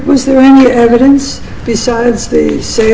was there any evidence besides the sa